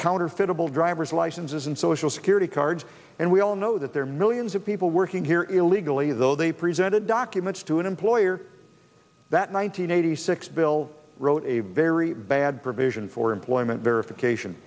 bill driver's licenses and social security cards and we all know that there are millions of people working here illegally though they presented documents to an employer that nine hundred eighty six bill wrote a very bad provision for employment verification